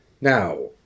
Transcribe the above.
Now